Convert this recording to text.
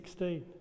16